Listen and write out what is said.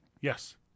Yes